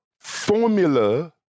formula